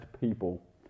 people